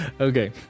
Okay